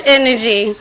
energy